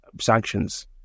sanctions